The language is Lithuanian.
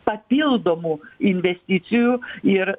papildomų investicijų ir